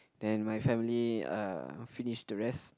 then my family uh finished the rest